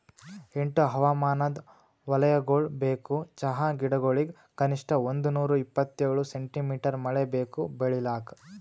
ಎಂಟು ಹವಾಮಾನದ್ ವಲಯಗೊಳ್ ಬೇಕು ಚಹಾ ಗಿಡಗೊಳಿಗ್ ಕನಿಷ್ಠ ಒಂದುನೂರ ಇಪ್ಪತ್ತೇಳು ಸೆಂಟಿಮೀಟರ್ ಮಳೆ ಬೇಕು ಬೆಳಿಲಾಕ್